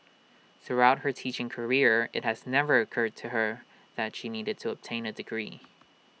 throughout her teaching career IT has never occurred to her that she needed to obtain A degree